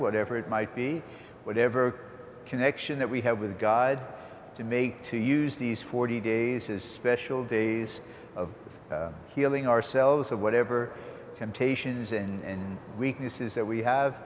whatever it might be whatever connection that we have with god to make to use these forty days as special days of healing ourselves of whatever temptations and weaknesses that we have